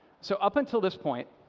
so up until this point,